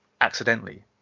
accidentally